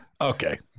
Okay